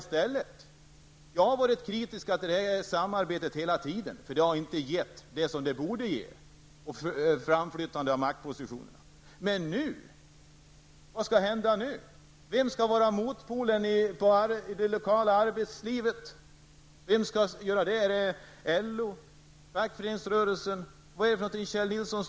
Jag har hela tiden varit kritisk till det här samarbetet, för det har inte gett vad det borde ge. Jag tänker då på framflyttandet i fråga om maktpositioner. Vad skall hända nu? Vem skall vara motpol när det gäller det lokala arbetslivet? Är det LO eller fackföreningsrörelsen? Var står egentligen Kjell Nilsson?